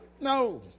No